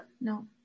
No